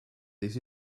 this